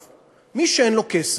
טוב, מי שאין לו כסף,